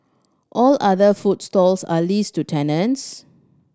all other food stalls are leased to tenants